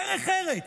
דרך ארץ,